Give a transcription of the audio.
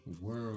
world